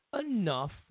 enough